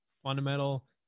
fundamental